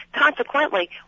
Consequently